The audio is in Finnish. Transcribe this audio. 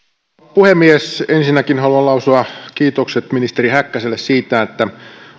puhemies ensinnäkin haluan lausua kiitokset ministeri häkkäselle siitä että